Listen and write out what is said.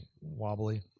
wobbly